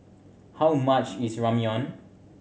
how much is Ramyeon